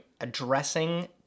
addressing